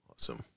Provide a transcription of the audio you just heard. Awesome